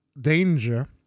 danger